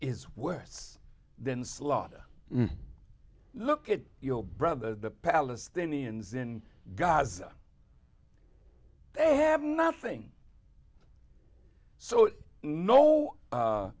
is worse than slaughter look at your brother the palestinians in gaza they have nothing so no